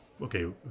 Okay